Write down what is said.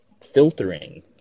filtering